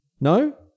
No